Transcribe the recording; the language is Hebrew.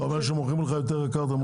אתה אומר שמוכרים לך יותר יקר את המוצר?